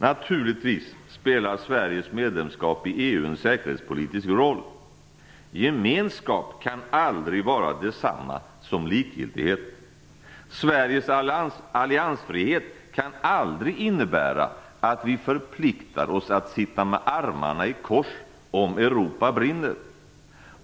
Naturligtvis spelar Sveriges medlemskap i EU en säkerhetspolitisk roll. Gemenskap kan aldrig vara detsamma som likgiltighet. Sveriges alliansfrihet kan aldrig innebära att vi förpliktar oss att sitta med armarna i kors om Europa brinner.